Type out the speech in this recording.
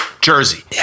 Jersey